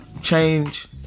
change